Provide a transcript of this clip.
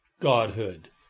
godhood